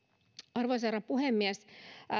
arvoisa herra puhemies